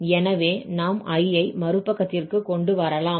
எனவே நாம் I ஐ மறுபக்கத்திற்கு கொண்டு வரலாம்